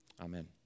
Amen